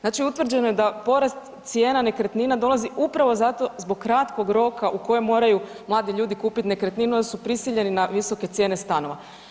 Znači utvrđeno je da porast cijena nekretnina dolazi upravo zato zbog kratkog roka u kojem moraju mladi ljudi kupit nekretninu jer su prisiljeni na visoke cijene stanova.